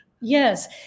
Yes